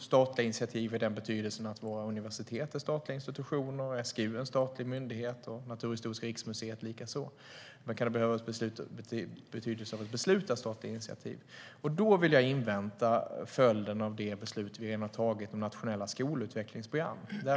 statliga initiativ i den betydelsen att våra universitet är statliga institutioner, SGU är en statlig myndighet och Naturhistoriska riksmuseet likaså. Behövs det ett beslut i betydelsen av ett beslutat statligt initiativ? Där vill jag invänta följden av de beslut vi redan fattat om nationella skolutvecklingsprogram.